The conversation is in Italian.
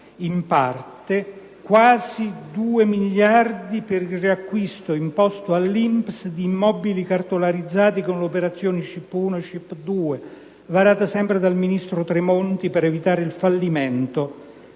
in parte (quasi 2 miliardi) per il riacquisto, imposto all'lNPS, di immobili cartolarizzati con le operazioni SCIP1 e SCIP2 (varate sempre dal ministro Tremonti) per evitare il fallimento